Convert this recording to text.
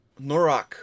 Norak